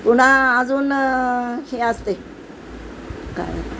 पुन्हा अजून हे असते